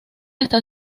está